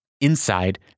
inside